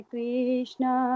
Krishna